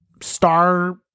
star